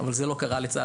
אבל זה לא קרה לצערנו.